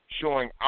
showing